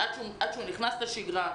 אם כבר הוא נכנס לשגרה,